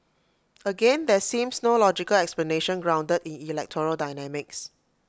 again there seems no logical explanation grounded in electoral dynamics